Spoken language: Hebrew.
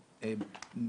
הבריאות.